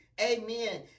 Amen